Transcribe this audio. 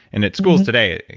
and at schools today,